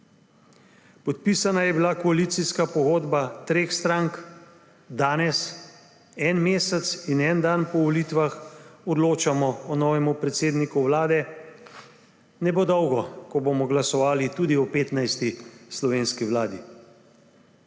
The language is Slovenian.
Podpisana je bila koalicijska pogodba treh strank. Danes, en mesec in en dan po volitvah, odločamo o novem predsedniku Vlade. Ne bo dolgo, ko bomo glasovali tudi o 15. slovenski vladi.